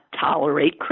tolerate